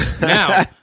Now